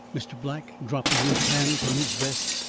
mr. black, dropping his hand from his vest,